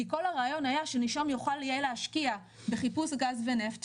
כי כל הרעיון היה שנישום יוכל להשקיע בחיפוש גז ונפט,